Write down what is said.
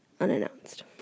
Unannounced